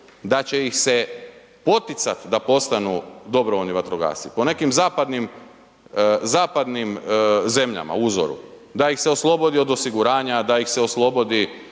da će ih se poticat da postanu dobrovoljni vatrogasci ko u nekim zapadnim, zapadnim zemljama, uzoru, da ih se oslobodi od osiguranja, da ih se oslobodi,